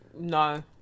no